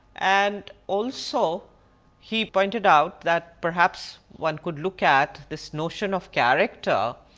and also he pointed out that perhaps one could look at this notion of character,